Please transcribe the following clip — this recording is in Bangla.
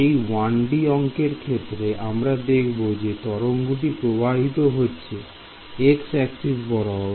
এই 1D অংকের ক্ষেত্রে আমরা দেখব যে তরঙ্গটি প্রবাহিত হচ্ছে x অ্যাক্সিস বরাবর